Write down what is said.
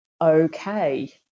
okay